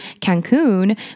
Cancun